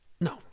No